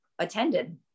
attended